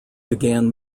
began